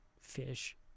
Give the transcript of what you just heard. fish